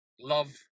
love